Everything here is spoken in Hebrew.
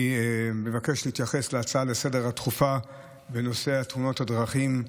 אני מבקש להתייחס להצעה לסדר-היום הדחופה בנושא תאונות הדרכים,